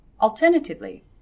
Alternatively